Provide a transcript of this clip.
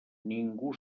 ningú